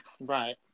right